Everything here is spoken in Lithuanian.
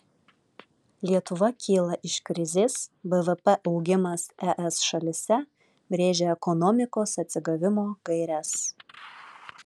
lietuva kyla iš krizės bvp augimas es šalyse brėžia ekonomikos atsigavimo gaires